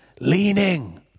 Leaning